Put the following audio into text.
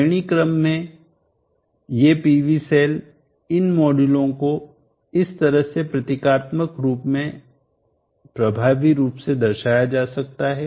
श्रेणी क्रम में में ये PV सेल इन मॉड्यूलों को इस तरह से प्रतीकात्मक रूप में प्रभावी रूप से दर्शाया जा सकता है